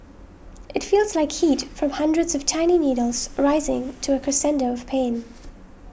it feels like heat from hundreds of tiny needles rising to a crescendo of pain